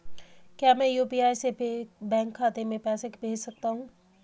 क्या मैं यु.पी.आई से बैंक खाते में पैसे भेज सकता हूँ?